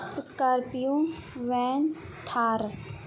scorpio van Thar